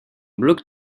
bloc